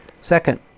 Second